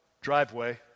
driveway